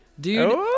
Dude